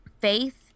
faith